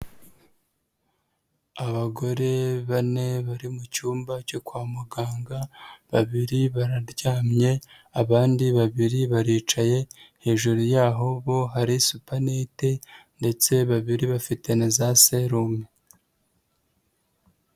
Abagore bane bari mu cyumba cyo kwa muganga, babiri bararyamye, abandi babiri baricaye, hejuru yaho bo hari supanete ndetse babiri bafite naza serumu.